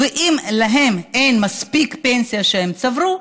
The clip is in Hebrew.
ואם להם אין מספיק פנסיה שהם צברו,